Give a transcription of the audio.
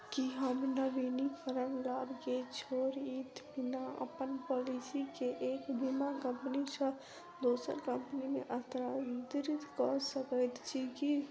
की हम नवीनीकरण लाभ केँ छोड़इत बिना अप्पन पॉलिसी केँ एक बीमा कंपनी सँ दोसर मे स्थानांतरित कऽ सकैत छी की?